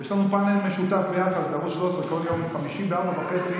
יש לנו פאנל משותף ביחד בערוץ 13 כל יום חמישי ב-16:30.